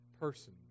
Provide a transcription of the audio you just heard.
person